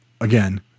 again